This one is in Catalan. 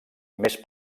més